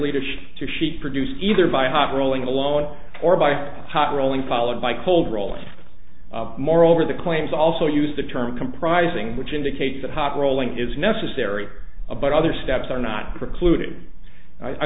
leadership to she produced either by hot rolling alone or by hot rolling followed by cold rollers moreover the claims also use the term comprising which indicates that hot rolling is necessary but other steps are not precluded i